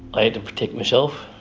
i had to protect myself.